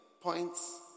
points